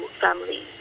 family